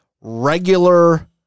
regular